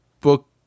book